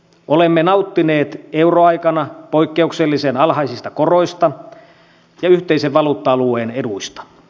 olemme nauttineet euroaikana poikkeuksellisen alhaisista koroista ja yhteisen valuutta alueen eduista